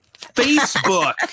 Facebook